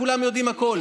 כולם יודעים הכול.